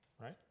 right